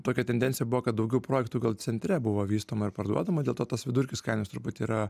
tokia tendencija buvo kad daugiau projektų gal centre buvo vystoma ir parduodama dėl to tas vidurkis kainos truputį yra